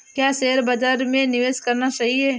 क्या शेयर बाज़ार में निवेश करना सही है?